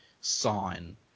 sign